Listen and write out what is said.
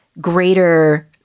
greater